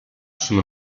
sono